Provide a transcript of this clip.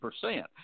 percent